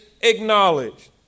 acknowledged